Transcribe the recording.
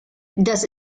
das